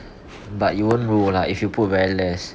but it won't roll lah if you put every less